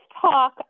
talk